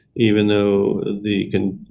even though the and